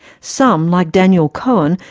some, like daniel cohen,